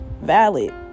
valid